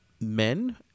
men